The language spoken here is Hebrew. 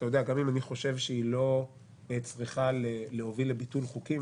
גם אם אני חושב שהיא לא צריכה להוביל לביטול חוקים,